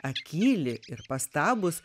akyli ir pastabūs